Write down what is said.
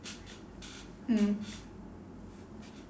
mm